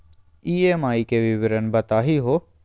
EMI के विवरण बताही हो?